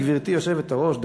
גברתי היושבת-ראש,